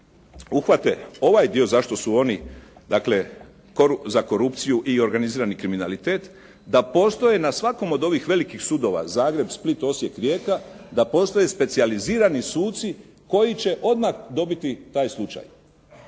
uhvate ovaj dio zašto su oni dakle za korupciju i organizirani kriminalitet, da postoje na svakom od ovih velikih sudova Zagreb, Split, Osijek, Rijeka, da postoje specijalizirani suci koji će odmah dobiti taj slučaj.